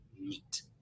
meet